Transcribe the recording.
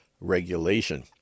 regulation